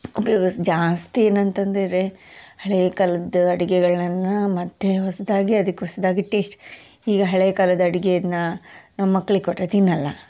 ಜಾಸ್ತಿ ಏನಂತಂದರೆ ರೀ ಹಳೆಯ ಕಾಲದ್ದು ಅಡುಗೆಗಳನ್ನ ಮತ್ತೆ ಹೊಸದಾಗಿ ಅದಕ್ಕೆ ಹೊಸದಾಗಿ ಟೇಸ್ಟ್ ಈಗ ಹಳೆಯ ಕಾಲದ ಅಡುಗೆಯನ್ನ ನಮ್ಮ ಮಕ್ಳಿಗೆ ಕೊಟ್ಟರೆ ತಿನ್ನೋಲ್ಲ